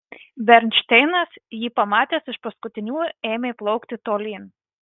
bernšteinas jį pamatęs iš paskutiniųjų ėmė plaukti tolyn